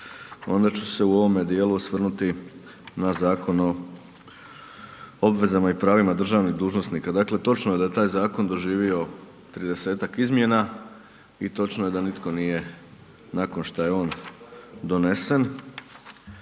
onda ću se u ovome dijelu osvrnuti na Zakon o obvezama i pravima državnih dužnosnika. Točno je da je taj zakon doživio 30-tak izmjena i točno je da nitko nije, nakon što je o on donesen,